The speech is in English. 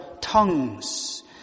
tongues